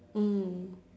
mm